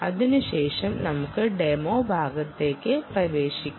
അതിനുശേഷം നമുക്ക് ഡെമോ ഭാഗത്തേക്ക് പ്രവേശിക്കാം